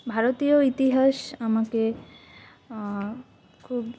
ভারতীয় ইতিহাস আমাকে খুব